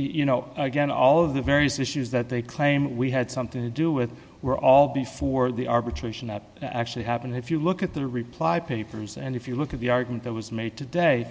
you know again all of the various issues that they claim we had something to do with were all before the arbitration that actually happened if you look at the reply papers and if you look at the argument that was made today